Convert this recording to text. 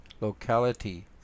locality